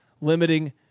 limiting